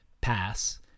PASS